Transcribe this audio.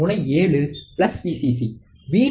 முனை 7 VCC